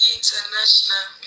International